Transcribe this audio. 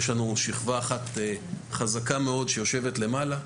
יש לנו שכבה אחת חזקה מאוד שיושבת למעלה,